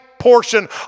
portion